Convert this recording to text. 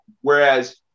whereas